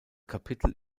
kapitel